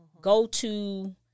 go-to